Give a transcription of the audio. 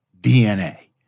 DNA